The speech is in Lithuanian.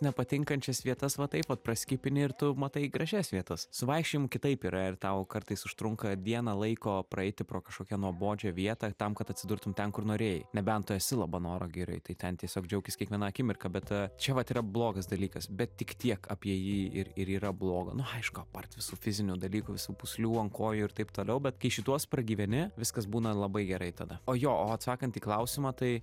nepatinkančias vietas va taip va praskipini ir tu matai gražias vietas su vaikščiojimu kitaip yra ir tau kartais užtrunka dieną laiko praeiti pro kažkokią nuobodžią vietą tam kad atsidurtum ten kur norėjai nebent tu esi labanoro girioj tai ten tiesiog džiaukis kiekviena akimirka bet čia vat yra blogas dalykas bet tik tiek apie jį ir ir yra blogo nuaišku apart visų fizinių dalykų visų pūslių ant kojų ir taip toliau bet kai šituos pragyveni viskas būna labai gerai tada o jo o atsakant į klausimą tai